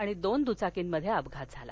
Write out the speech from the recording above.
आणि दोन दुचाकीमध्ये अपघात झाला